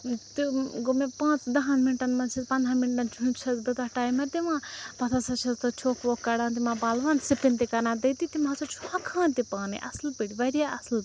ٲں تہٕ وۄنۍ گوٚو مےٚ پانٛژَن دَہن مِنٹن منٛز چھیٚس پَنٛدہَن مِنٹَن ہُنٛد چھیٚس بہٕ تَتھ ٹایمَر دِوان پَتہٕ ہَسا چھیٚس تَتھ چھۄکھ وۄکھ کَڑان تِمَن پَلوَن سٕپِن تہِ کَران تٔتی تِم ہَسا چھُ ہۄکھان تہِ پانٔے اصٕل پٲٹھۍ واریاہ اصٕل پٲٹھۍ